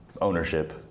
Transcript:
ownership